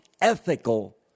ethical